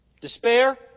Despair